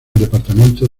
departamento